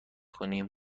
کنیم